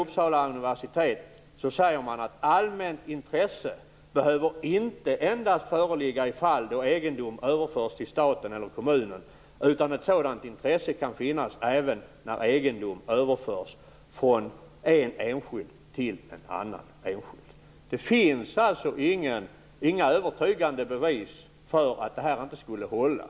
Uppsala universitet säger att allmänt intresse inte endast behöver föreligga i fall då egendom överförs till staten eller kommunen, utan ett sådant intresse kan finnas även när egendom överförs från en enskild till en annan enskild. Det finns inga övertygande bevis för att detta inte skulle hålla.